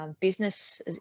business